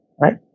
Right